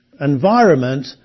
environment